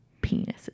penises